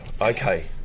okay